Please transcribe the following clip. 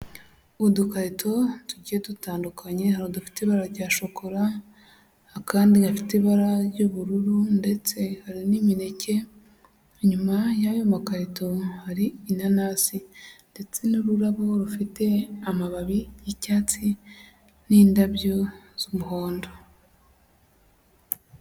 Udukarito tugiye dutandukanye, hari udufite ibara rya shokora, akandi gafite ibara ry'ubururu ndetse hari n'imineke, inyuma y'ayo makarito hari inanasi ndetse n'ururabo rufite amababi y'icyatsi n'indabyo z'umuhondo.